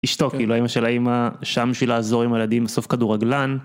ישתוק כאילו האימא של האימא שם שלי לעזור עם הילדים בסוף כדורגלן.